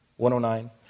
109